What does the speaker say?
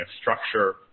structure